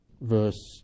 verse